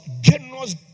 generous